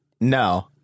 No